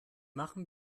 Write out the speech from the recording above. machen